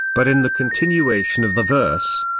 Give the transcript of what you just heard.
but in the continuation of the verse,